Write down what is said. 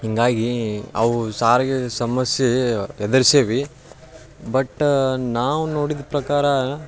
ಹೀಗಾಗಿ ಅವು ಸಾರಿಗೆ ಸಮಸ್ಯೆ ಎದುರ್ಸೇವಿ ಬಟ್ಟ ನಾವು ನೋಡಿದ ಪ್ರಕಾರ